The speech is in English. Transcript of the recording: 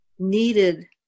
Needed